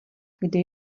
kde